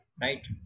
right